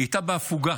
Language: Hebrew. היא הייתה בהפוגה.